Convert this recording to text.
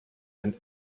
and